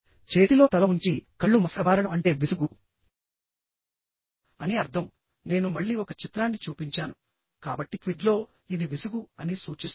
చేతిలో తల ఉంచి కళ్ళు మసకబారడం అంటే విసుగు అని అర్ధం నేను మళ్ళీ ఒక చిత్రాన్ని చూపించాను కాబట్టి క్విజ్లో ఇది విసుగు అని సూచిస్తుంది